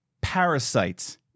Parasites